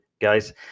guys